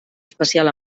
especial